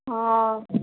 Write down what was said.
हँ